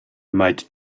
might